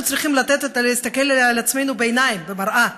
אנחנו צריכים להסתכל לעצמנו בעיניים, במראה,